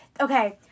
Okay